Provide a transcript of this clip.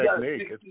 technique